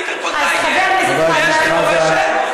חבר הכנסת חזן,